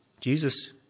Jesus